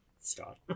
Scott